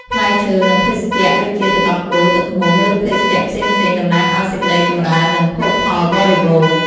ផ្លែឈើ និងភេសជ្ជៈដូចជាទឹកដោះគោ ទឹកឃ្មុំ ឬភេសជ្ជៈផ្សេងៗ តំណាងឱ្យសេចក្ដីចម្រើន និងភោគផលបរិបូរណ៍។